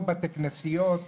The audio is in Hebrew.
או בתי כנסיות,